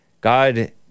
God